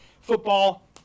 football